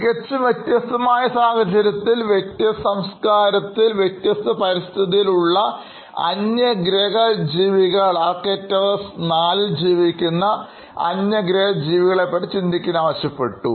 തികച്ചും വ്യത്യസ്തമായ ഒരു സാഹചര്യത്തിൽ വ്യത്യസ്ത സംസ്കാരത്തിൽ വ്യത്യസ്ത പരിസ്ഥിതിയിൽ ഉള്ള കാര്യങ്ങളെ പറ്റി ചിന്തിക്കാൻ ആവശ്യപ്പെട്ടു